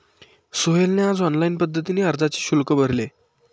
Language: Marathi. सोहेलने आज ऑनलाईन पद्धतीने अर्जाचे शुल्क भरले